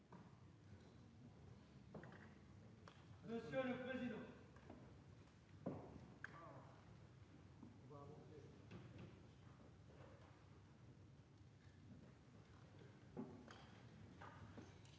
monsieur le président.